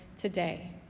today